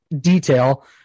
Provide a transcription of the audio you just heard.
detail